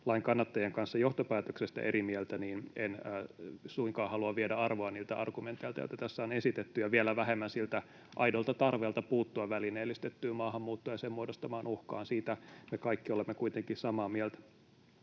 lain kannattajien kanssa johtopäätöksestä eri mieltä, niin en suinkaan halua viedä arvoa niiltä argumenteilta, joita tässä on esitetty, ja vielä vähemmän siltä aidolta tarpeelta puuttua välineellistettyyn maahanmuuttoon ja sen muodostamaan uhkaan — siitä me kaikki olemme kuitenkin samaa mieltä.